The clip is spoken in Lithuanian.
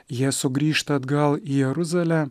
jie sugrįžta atgal į jeruzalę